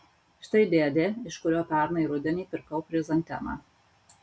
štai dėdė iš kurio pernai rudenį pirkau chrizantemą